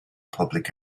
public